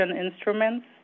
instruments